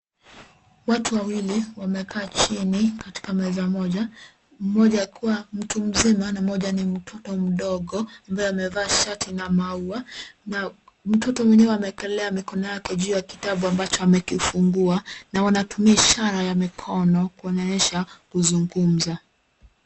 Watu wawili wamekaa chini katika meza moja, mmoja akiwa mtu mzima na mmoja ni mtoto mdogo ambaye amevaa shati na maua na mtto mwenyewe ameekelea mikono yake juu ya kitabu ambacho amekifungua na wanatumia ishara ya mikono kuonesha kuzungumza.